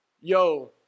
yo